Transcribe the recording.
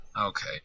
Okay